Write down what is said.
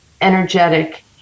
energetic